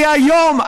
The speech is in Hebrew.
כי היום,